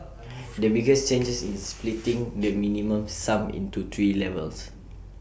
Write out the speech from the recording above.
the biggest change is splitting the minimum sum into three levels